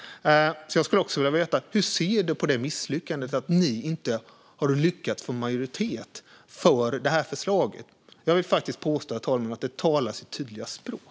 Hur ser Johan Andersson på att ni inte har lyckats få majoritet för förslaget? Jag vill påstå, herr talman, att det talar sitt tydliga språk.